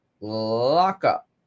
lockup